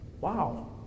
Wow